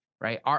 right